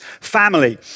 family